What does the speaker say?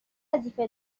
وظیفه